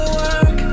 work